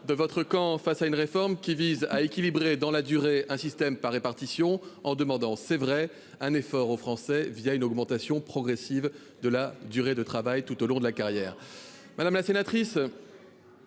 de votre camp face à une réforme qui vise à équilibrer dans la durée un système par répartition en demandant un effort aux Français une augmentation progressive de la durée de travail tout au long de la carrière. Madame la sénatrice,